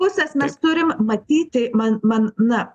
pusės mes turim matyti man man na